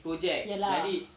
ya lah